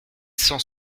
cent